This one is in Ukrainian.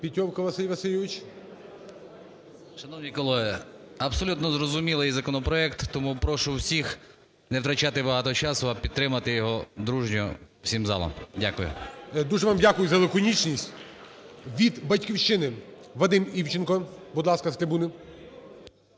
ПЕТЬОВКА В.В. Шановні колеги, абсолютно зрозумілий законопроект. Тому прошу всіх не втрачати багато часу, а підтримати його дружньо всім залом. Дякую. ГОЛОВУЮЧИЙ. Дуже вам дякую за лаконічність. Від "Батьківщини" Вадим Івченко. Будь ласка, з трибуни.